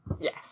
Yes